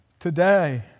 Today